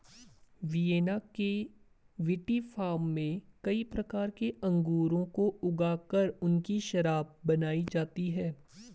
Vienna के विटीफार्म में कई प्रकार के अंगूरों को ऊगा कर उनकी शराब बनाई जाती है